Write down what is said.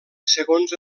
segons